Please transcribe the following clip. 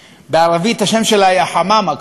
שבערבית השם שלה היה חממה,